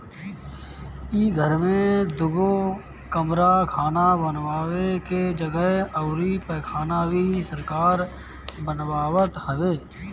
इ घर में दुगो कमरा खाना बानवे के जगह अउरी पैखाना भी सरकार बनवावत हवे